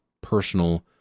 personal